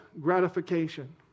gratification